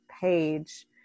page